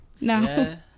No